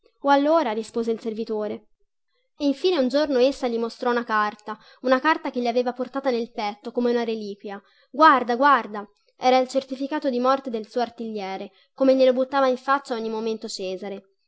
o allora rispose il servitore e infine un giorno essa gli mostrò una carta una carta che gli aveva portata nel petto come una reliquia guarda guarda era il certificato di morte del suo artigliere come glielo buttava in faccia a ogni momento cesare